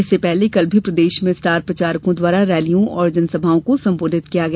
इससे पहले कल भी प्रदेश में स्टार प्रचारकों द्वारा रैलियों और जनसभाओं को संबोधित किया गया